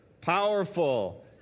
powerful